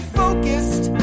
focused